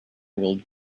will